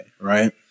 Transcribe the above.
right